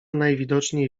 najwidoczniej